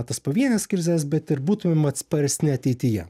tas pavienes krizes bet ir būtumėm atsparesni ateityje